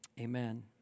amen